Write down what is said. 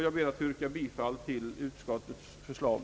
Jag ber att få yrka bifall till utskottets förslag.